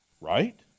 right